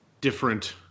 different